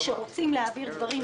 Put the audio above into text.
כשרוצים להעביר דברים,